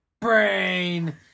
Brain